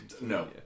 No